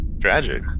Tragic